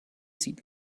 sieht